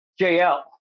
JL